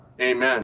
Amen